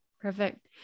Perfect